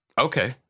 Okay